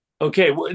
okay